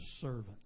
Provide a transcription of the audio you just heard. servant